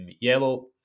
yellow